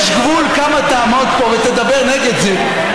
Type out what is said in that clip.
יש גבול כמה תעמוד פה ותדבר נגד זה,